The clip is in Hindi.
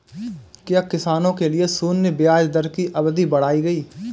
क्या किसानों के लिए शून्य ब्याज दर की अवधि बढ़ाई गई?